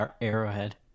Arrowhead